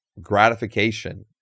gratification